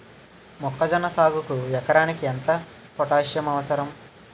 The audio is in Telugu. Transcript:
మొక్కజొన్న సాగుకు ఎకరానికి ఎంత పోటాస్సియం అవసరం?